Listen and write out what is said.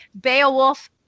Beowulf